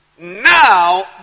Now